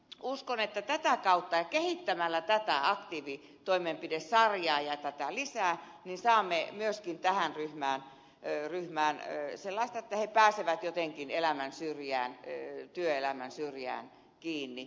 uskon että tätä kautta ja kehittämällä tätä aktiivitoimenpidesarjaa ja tätä lisää saamme myöskin tähän ryhmään sellaista apua että he pääsevät jotenkin elämän syrjään työelämän syrjään kiinni